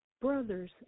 brothers